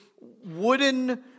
wooden